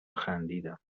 خندیدم